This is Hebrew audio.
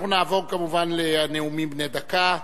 אנחנו נעבור כמובן לנאומים בני דקה,